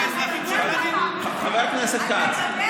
חבר הכנסת כץ,